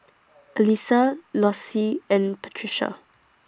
Alysa Lossie and Patrica